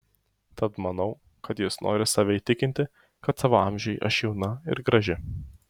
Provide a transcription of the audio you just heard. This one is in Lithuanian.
tad manau kad jis nori save įtikinti kad savo amžiui aš jauna ir graži